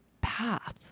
path